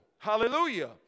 Hallelujah